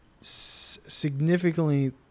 significantly